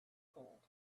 cold